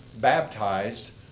baptized